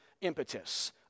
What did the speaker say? impetus